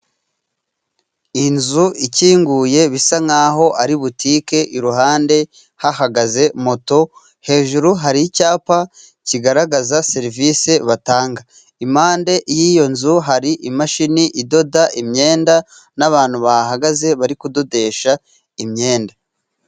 Inzu ikinguye bisa nk'aho ari butike， iruhande hahagaze moto，hejuru hari icyapa kigaragaza serivisi batanga，impande y'iyo nzu，hari imashini idoda imyenda， n'abantu bahahagaze bari kudodesha imyenda.